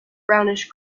brownish